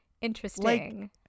interesting